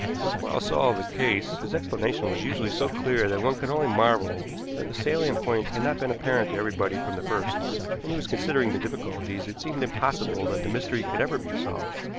when quarles solved a case his explanation was usually so clear that one could only marvel that the salient points had not been apparent to everybody from the first when he was considering the difficulties it seemed impossible that the mystery could ever be solved.